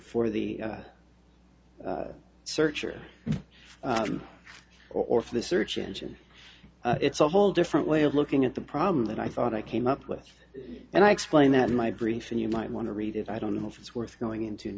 the search or or for the search engine it's a whole different way of looking at the problem that i thought i came up with and i explained that my brief and you might want to read it i don't know if it's worth going into